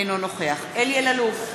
אינו נוכח אלי אלאלוף,